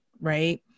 right